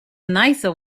nicer